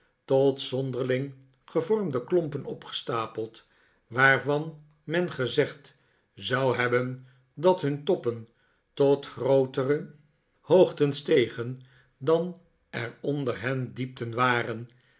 tot zonderling gevormde klompen opgestapeld waarvan men gezegd zou hebben dat hun toppen tot grootere hoogten stegen dan er onder hen diepten waren